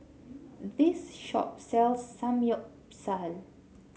this shop sells Samgyeopsal